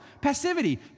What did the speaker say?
Passivity